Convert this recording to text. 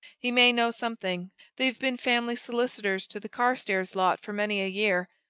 he may know something they've been family solicitors to the carstairs lot for many a year.